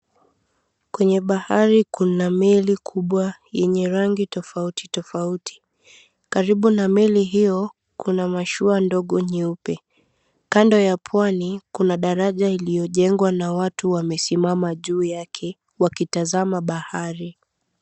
Kwenye bahari kuna meli kubwa yenye rangi tofauti tofauti. Karibu na meli hiyo kuna mashua ndogo nyeupe. Kando ya pwani kuna daraja iliyojengwa na watu wamesimama juu yake wakitazama bahari.